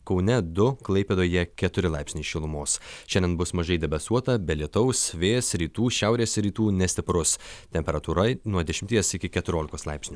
kaune du klaipėdoje keturi laipsniai šilumos šiandien bus mažai debesuota be lietaus vėjas rytų šiaurės rytų nestiprus temperatūra nuo dešimties iki keturiolikos laipsnių